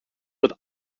with